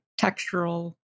textural